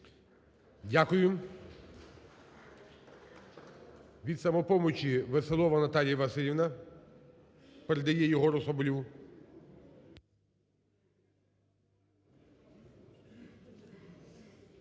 Дякую. Від "Самопомочі" Веселова Наталія Василівна передає Єгору Соболєву.